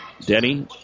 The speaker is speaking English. Denny